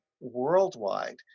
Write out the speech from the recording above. worldwide